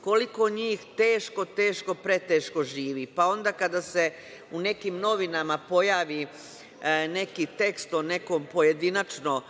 Koliko njih teško, preteško živi. Onda kada se u nekim novinama pojavi neki tekst o nekom pojedinačnom